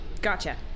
Gotcha